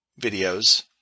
videos